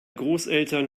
großeltern